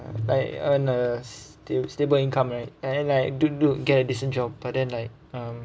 uh like earn a sta~ stable income right and then like do do get a decent job but then like um